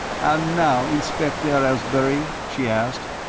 and now, inspector aylesbury, she asked,